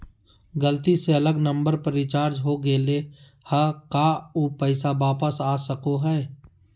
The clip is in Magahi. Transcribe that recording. गलती से अलग नंबर पर रिचार्ज हो गेलै है का ऊ पैसा वापस आ सको है?